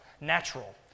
natural